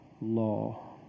law